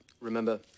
Remember